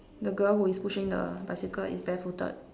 the girl who is pushing the bicycle is bare footed